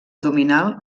abdominal